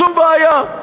שום בעיה.